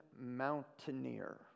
mountaineer